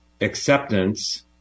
acceptance